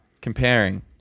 comparing